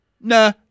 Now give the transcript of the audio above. nah